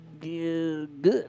Good